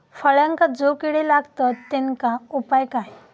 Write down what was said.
फळांका जो किडे लागतत तेनका उपाय काय?